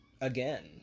Again